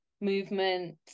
movement